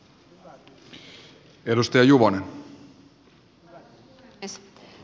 arvoisa puhemies